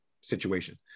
situation